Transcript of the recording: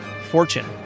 fortune